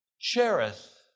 Cherith